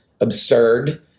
absurd